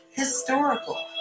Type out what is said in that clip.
historical